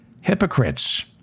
hypocrites